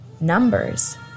numbers